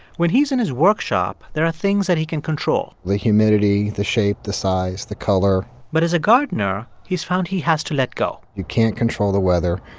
when he's in his workshop, there are things that he can control the humidity, the shape, the size, the color but as a gardener, he's found he has to let go you can't control the weather.